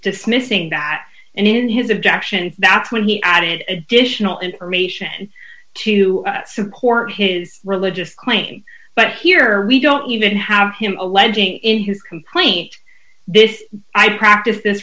dismissing that and in his objection that's when he added additional information to support his religious claim but here we don't even have him alleging in his complaint this i practice this